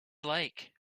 like